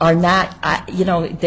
are not you know the